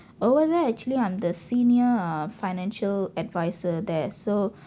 over there actually I'm the senior ah financial advisor there so